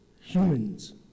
humans